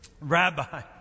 Rabbi